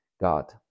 God